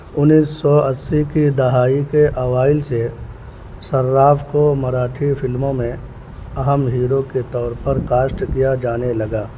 انیس سو اسی کی دہائی کے اوائل سے شراف کو مراٹھی فلموں میں اہم ہیرو کے طور پر کاسٹ کیا جانے لگا